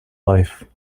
life